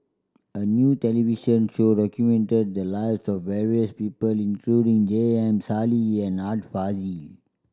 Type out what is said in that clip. a new television show documented the lives of various people including J M Sali and Art Fazil